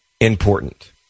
important